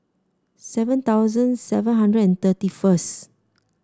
seven thousand seven hundred and thirty first